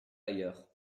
ailleurs